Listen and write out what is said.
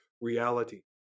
reality